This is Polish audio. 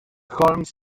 holmes